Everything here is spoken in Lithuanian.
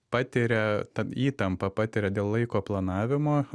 patiria įtampą patiria dėl laiko planavimo